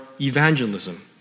evangelism